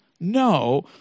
No